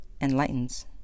enlightens